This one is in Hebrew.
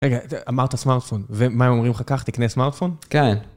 רגע, ו...אמרת סמארטפון, ו-מה הם אומרים לך? קח, תקנה סמארטפון? כן.